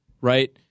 right –